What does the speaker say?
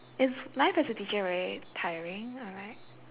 is life as a teacher very tiring or like